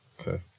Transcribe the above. Okay